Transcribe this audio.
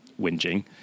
whinging